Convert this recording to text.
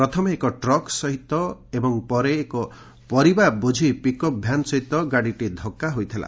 ପ୍ରଥମେ ଏକ ଟ୍ରକ ସହିତ ଏବଂ ପରେ ଏକ ପରିବା ବୋଝେଇ ପିକ୍ଅପ ଭ୍ୟାନ ସହିତ ଧକ୍କ ହୋଇଥିଲା